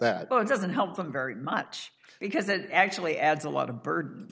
that or it doesn't help them very much because it actually adds a lot of bird